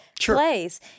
place